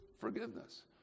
forgiveness